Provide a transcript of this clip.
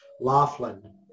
Laughlin